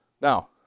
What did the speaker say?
Now